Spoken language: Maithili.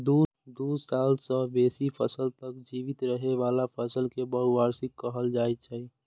दू साल सं बेसी समय तक जीवित रहै बला फसल कें बहुवार्षिक कहल जाइ छै